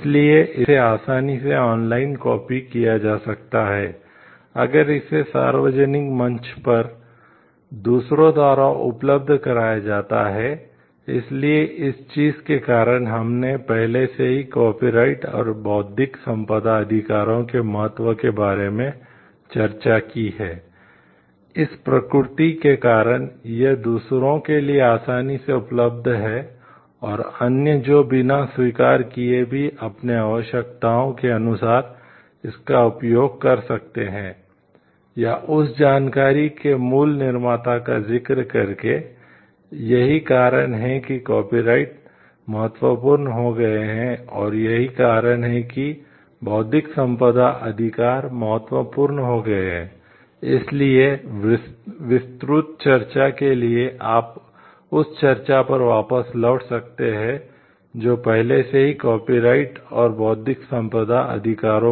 इसलिए इसे आसानी से ऑनलाइन कॉपी और बौद्धिक संपदा अधिकारों